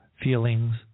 feelings